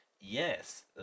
Yes